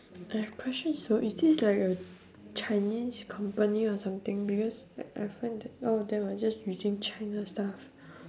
I have a question so is this like a chinese company or something because I I find that a lot of them are just using china stuff